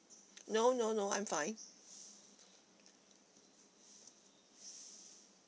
no no no I'm fine